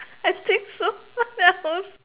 I think so what else